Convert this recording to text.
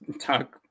talk